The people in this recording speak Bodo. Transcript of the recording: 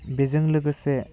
बेजों लोगोसे